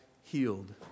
healed